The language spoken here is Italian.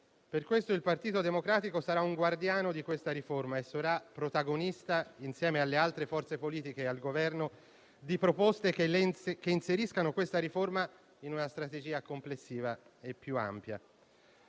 Per questo, il Partito Democratico sarà un guardiano di questa riforma e protagonista, insieme alle altre forze politiche e al Governo, di proposte che la inseriscano in una strategia complessiva e più ampia.